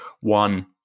one